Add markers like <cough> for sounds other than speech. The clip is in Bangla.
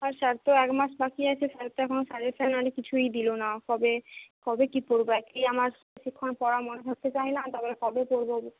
আর স্যার তো একমাস বাকি আছে স্যার তো এখনও সাজেশান মানে কিছুই দিল না কবে কবে কী পড়ব একেই আমার বেশিক্ষণ পড়া মনে থাকতে চায় না তারপর কবে পড়ব <unintelligible>